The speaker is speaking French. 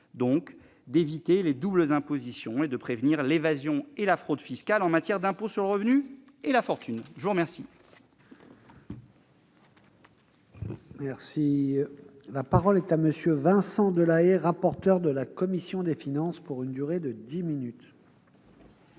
vue d'éviter les doubles impositions et de prévenir l'évasion et la fraude fiscales en matière d'impôts sur le revenu et la fortune. La parole